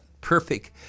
perfect